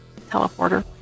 teleporter